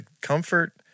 comfort